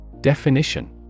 Definition